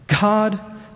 God